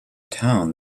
town